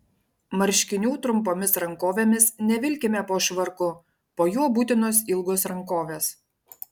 marškinių trumpomis rankovėmis nevilkime po švarku po juo būtinos ilgos rankovės